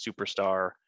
superstar